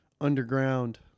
underground